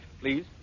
please